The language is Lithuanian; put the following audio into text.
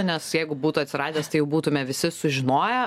nes jeigu būtų atsiradęs tai jau būtume visi sužinoję